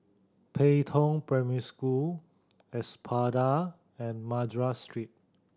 Pei Tong Primary School Espada and Madras Street